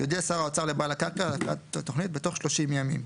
יודיע שר האוצר לבעל הקרקע על הפקדת התוכנית בתוך שלושים ימים.